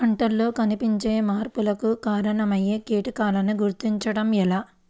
పంటలలో కనిపించే మార్పులకు కారణమయ్యే కీటకాన్ని గుర్తుంచటం ఎలా?